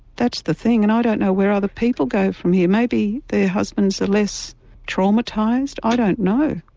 that's the thing and i don't know where other people go from here. maybe their husbands are less traumatised, i don't know,